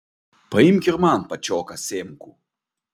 paimk ir man pačioką sėmkų